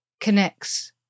connects